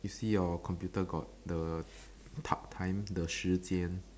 you see your computer got the t~ time the 时间